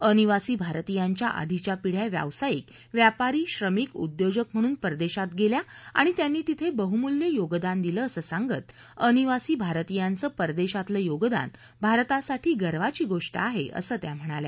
अनिवासी भारतीयांच्या आधीच्या पिढ्या व्यावसायिक व्यापारी श्रमिक उद्योजक म्हणून परदेशात गेल्या आणि त्यांनी तिथे बहुमूल्य योगदान दिलं असं सांगत अनिवासी भारतीयांचं परदेशांतलं योगदान भारतासाठी गर्वाची गोष्ट आहे असं त्या म्हणाल्या